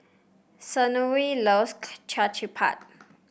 Senora loves Chapati